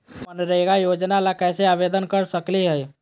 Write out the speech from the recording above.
हम मनरेगा योजना ला कैसे आवेदन कर सकली हई?